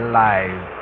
life